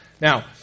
Now